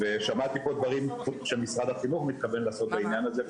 שמעתי פה דברים שמשרד החינוך מתכוון לעשות בעניין הזה.